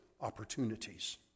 opportunities